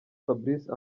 fabrice